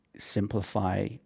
simplify